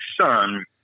son